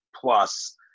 plus